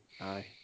aye